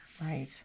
Right